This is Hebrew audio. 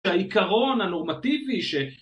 העיקרון הנורמטיבי ש...